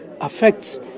affects